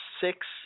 six